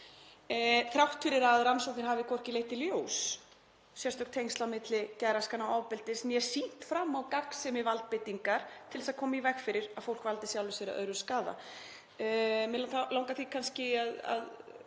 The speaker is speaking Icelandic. þrátt fyrir að rannsóknir hafi hvorki leitt í ljós sérstök tengsl á milli geðraskana og ofbeldis né sýnt fram á gagnsemi valdbeitingar til að koma í veg fyrir að fólk valdi sjálfu sér eða öðrum skaða.